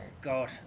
God